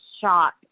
shot